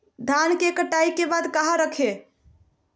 धान के कटाई के बाद कहा रखें?